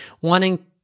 wanting